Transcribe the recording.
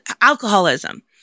alcoholism